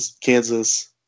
Kansas